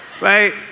right